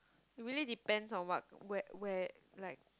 it really depends on what where where like